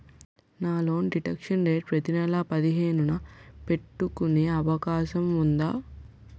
నా loan deduction date ప్రతి నెల పదిహేను న పెట్టుకునే అవకాశం ఉందా?